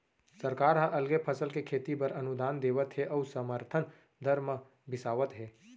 सरकार ह अलगे फसल के खेती बर अनुदान देवत हे अउ समरथन दर म बिसावत हे